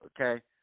okay